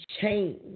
change